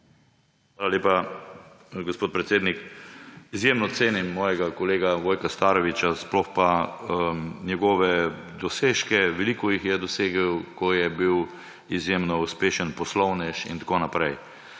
Hvala lepa, gospod predsednik. Izjemno cenim svojega kolega Vojka Starovića, sploh pa njegove dosežke, veliko jih je dosegel, ko je bil izjemno uspešen poslovnež in tako naprej.